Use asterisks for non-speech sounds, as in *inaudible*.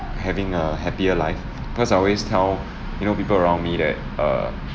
having a happier life *breath* cause I always tell *breath* you know people around me that err